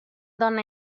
donna